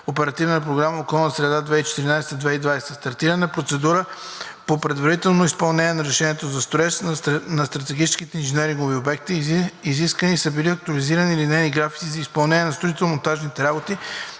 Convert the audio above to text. Оперативна програма „Околна среда 2014 –2020 г.“: – стартиране на процедура по предварително изпълнение на разрешенията за строеж на стратегическите инженерингови обекти; – изискани са били актуализирани линейни графици за изпълнение на строително-монтажни работи